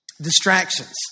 Distractions